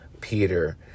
Peter